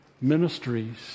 ministries